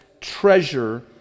treasure